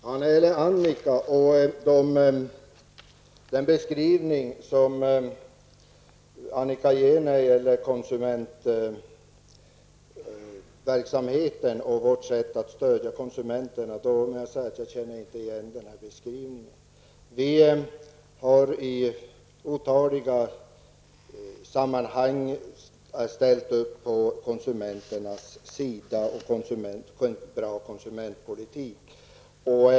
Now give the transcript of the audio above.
Herr talman! Jag känner inte igen Annika Åhnbergs beskrivning över konsumentverksamheten och vårt sätt att stödja konsumenterna. Vi har i otaliga sammanhang ställt upp på konsumenternas sida och på en bra konsumentpolitik.